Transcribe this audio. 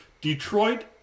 Detroit